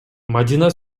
мадина